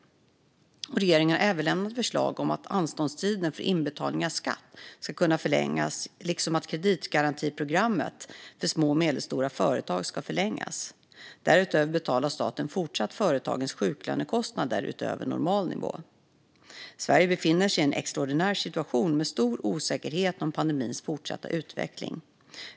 Regeringen har även lämnat förslag om att anståndstiden för inbetalning av skatt ska kunna förlängas liksom att kreditgarantiprogrammet för små och medelstora företag ska förlängas. Därutöver betalar staten även i fortsättningen företagens sjuklönekostnader utöver normal nivå. Sverige befinner sig i en extraordinär situation med stor osäkerhet om pandemins fortsatta utveckling.